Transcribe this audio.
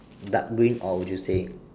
dark green or would you say